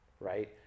right